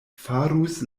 farus